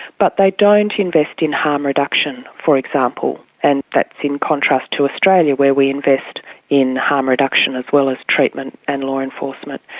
but they don't invest in harm reduction, for example, and that's in contrast to australia, where we invest in harm reduction as well as treatment and law enforcement.